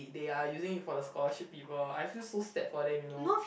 they are using it for the scholarship people I feel so sad for them you know